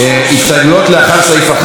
הסתייגויות אחרי סעיף 1,